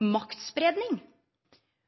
maktspreiing,